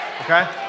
Okay